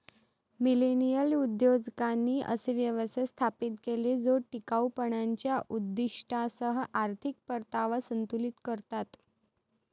millennial उद्योजकांनी असे व्यवसाय स्थापित केले जे टिकाऊपणाच्या उद्दीष्टांसह आर्थिक परतावा संतुलित करतात